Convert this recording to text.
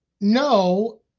no